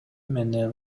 менен